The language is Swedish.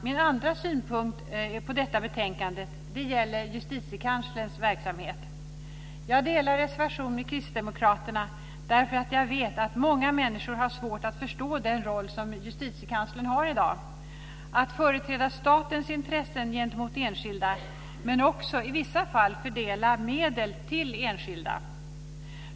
Min andra synpunkt på detta betänkande gäller Justitiekanslerns verksamhet. Jag delar reservation med kristdemokraterna därför att jag vet att många människor har svårt att förstå den roll som Justitiekanslern har i dag, att företräda statens intressen gentemot enskilda men också i vissa fall fördela medel till enskilda.